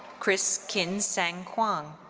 chris kin seng kwan.